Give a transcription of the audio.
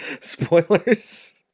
Spoilers